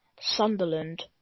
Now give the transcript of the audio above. Sunderland